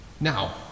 Now